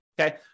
okay